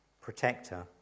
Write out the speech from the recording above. protector